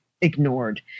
ignored